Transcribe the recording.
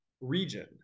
region